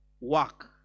Work